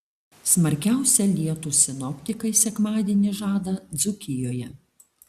smarkiausią lietų sinoptikai sekmadienį žada dzūkijoje